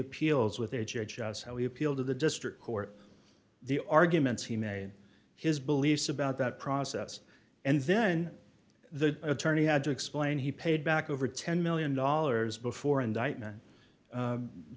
appeals with a judge us how he appealed to the district court the arguments he made his beliefs about that process and then the attorney had to explain he paid back over ten million dollars before indictment